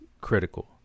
critical